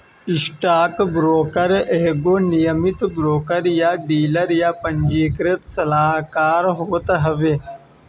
stockbroker एगो नियमित broker या डीलर या पंजीकृत सलाहकार होत हवे